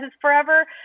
forever